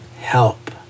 help